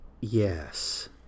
Yes